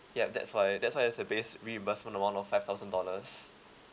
yup that's why that's why there's a base reimburse amount of five thousand dollars